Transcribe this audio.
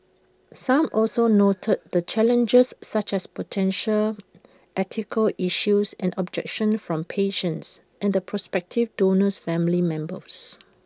some also noted the challenges such as potential ethical issues and objections from patients and the prospective donor's family members